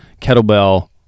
kettlebell